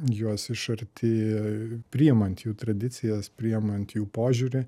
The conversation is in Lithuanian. juos iš arti priimant jų tradicijas priimant jų požiūrį